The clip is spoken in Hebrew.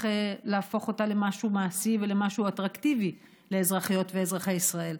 להפוך אותה למשהו מעשי ולמשהו אטרקטיבי לאזרחיות ואזרחי ישראל.